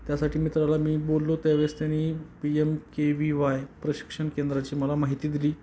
त्यासाठी मित्राला मी बोललो त्यावेळेस त्यानी P M K V Y प्रशिक्षण केंद्राची मला माहिती दिली